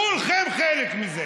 כולכם חלק מזה.